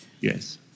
Yes